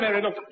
Look